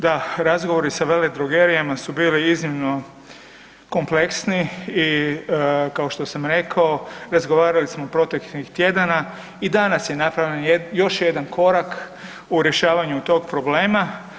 Da, razgovori sa veledrogerijama su bili iznimno kompleksni i kao što sam rekao razgovarali smo proteklih tjedana i danas je napravljen još jedan korak u rješavanju tog problema.